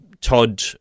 Todd